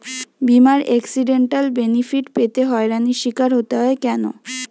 বিমার accidental benefit পেতে হয়রানির স্বীকার হতে হয় কেন?